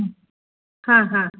हा हा